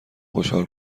خوشحال